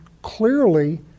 Clearly